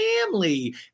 family